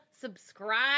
subscribe